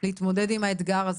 להתמודד עם האתגר הזה?